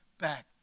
back